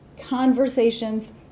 Conversations